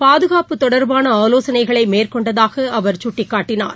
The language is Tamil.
பாதுகாப்பு தொடர்பான ஆலோசனைகளை மேற்கொண்டதாக அவர் சுட்டிக்காட்டினார்